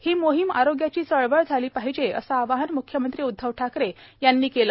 ही मोहीम आरोग्याची चळवळ झाली पाहिजे असे आवाहन म्ख्यमंत्री उध्दव ठाकरे यांनी केले